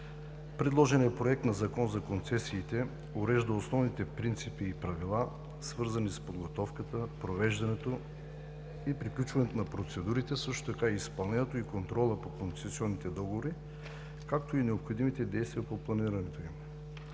Предложеният Проект на Закон за концесиите урежда основните принципи и правила, свързани с подготовката, провеждането и приключването на процедурите, също така изпълнението и контрола по концесионните договори, както и необходимите действия по планирането им.